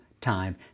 time